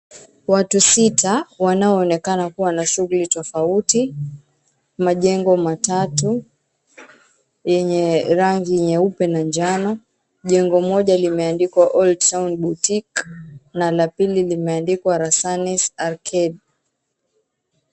Watu sita wanaoonekana kuwa na shughuli tofauti, majengo matatu yenye rangi nyeupe na njano. Jengo moja limeandikwa, OLD TOWN BOUTIQUE na la pili limeandikwa, RASANIS ARCADE.